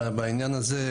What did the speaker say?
בעניין הזה,